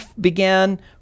began